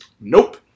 Nope